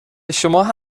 شماها